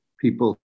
people